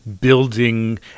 building